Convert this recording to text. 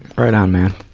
right on, man.